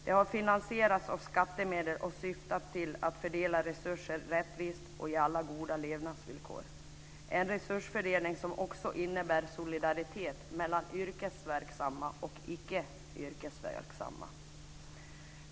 Den har finansierats av skattemedel och syftat till att fördela resurser rättvist och ge alla goda levnadsvillkor. Det är en resursfördelning som också innebär solidaritet mellan yrkesverksamma och icke yrkesverksamma.